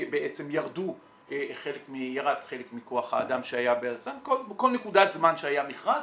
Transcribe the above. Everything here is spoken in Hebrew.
ובעצם ירד חלק מכוח האדם שהיה ב"אל סם" בכל נקודת זמן שהיה מכרז.